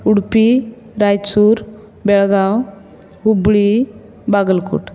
Udupi Raichur Belgaum Hubli Bagalkot